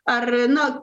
ar no